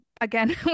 again